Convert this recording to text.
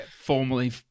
Formerly